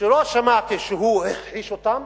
שלא שמעתי שהוא הכחיש אותם